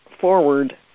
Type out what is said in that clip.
forward